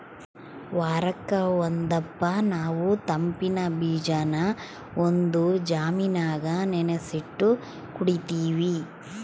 ವಾರುಕ್ ಒಂದಪ್ಪ ನಾವು ತಂಪಿನ್ ಬೀಜಾನ ಒಂದು ಜಾಮಿನಾಗ ನೆನಿಸಿಟ್ಟು ಕುಡೀತೀವಿ